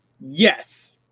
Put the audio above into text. yes